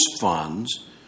funds